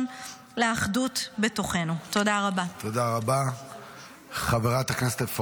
אדוני השר, חבריי חברי הכנסת,